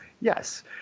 Yes